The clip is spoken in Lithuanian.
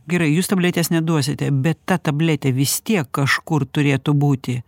gerai jūs tabletės neduosite bet ta tabletė vis tiek kažkur turėtų būti